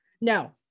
No